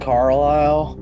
Carlisle